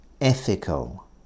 Ethical